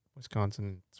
Wisconsin